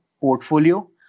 portfolio